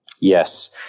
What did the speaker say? Yes